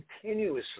continuously